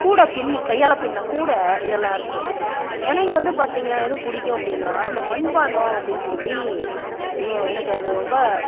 கூடை பின்னி கையால் பின்னின கூடடை இதெல்லாம் இருக்கும் எனக்கு வந்து பார்த்திங்கனா எது பிடிக்கும் அப்படின்னா அந்த மண் பாண்டம் அப்டின்னு சொல்லி எனக்கு அது ரொம்ப